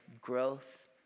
growth